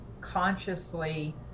consciously